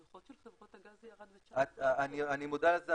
בדוחות של חברות הגז זה ירד ל --- אני מודע לזה,